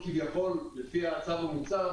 לפי החוק המוצע,